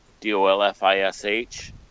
D-O-L-F-I-S-H